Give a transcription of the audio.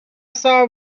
saw